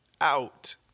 out